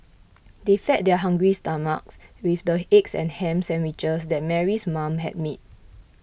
they fed their hungry stomachs with the egg and ham sandwiches that Mary's mother had made